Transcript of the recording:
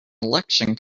election